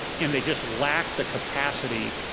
and they just lack the capacity